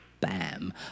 bam